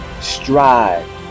strive